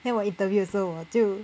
then 我 interview 的时候我就